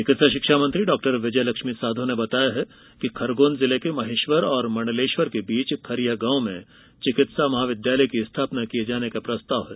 चिकित्सा शिक्षा मेंत्री डॉक्टर विजयलक्ष्मी साधो ने बताया है कि खरगोन जिले के महेश्वर और मंडलेश्वर के बीच खरीया गांव में चिकित्सा महाविद्यालय की स्थापना किये जाने का प्रस्ताव है